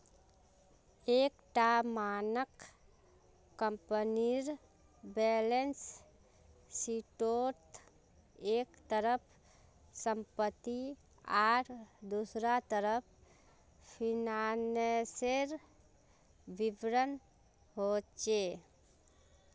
एक टा मानक कम्पनीर बैलेंस शीटोत एक तरफ सम्पति आर दुसरा तरफ फिनानासेर विवरण होचे